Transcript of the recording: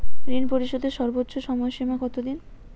ঋণ পরিশোধের সর্বোচ্চ সময় সীমা কত দিন?